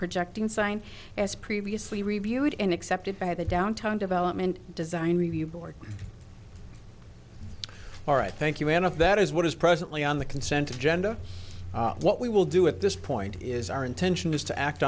projecting sign as previously reviewed and accepted by the downtown development design review board all right thank you and if that is what is presently on the consent agenda what we will do at this point is our intention is to act